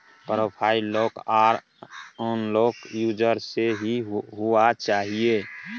profile lock आर unlock user से ही हुआ चाहिए